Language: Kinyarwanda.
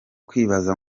kwibaza